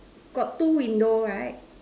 got two window right